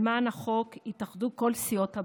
למען החוק התאחדו כל סיעות הבית.